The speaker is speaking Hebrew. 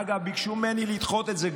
אגב, ביקשו ממני לדחות את זה.